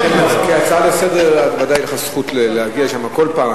בהצעה לסדר-היום בוודאי יש לך זכות להגיע לשם כל פעם,